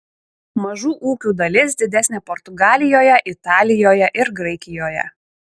mažų ūkių dalis didesnė portugalijoje italijoje ir graikijoje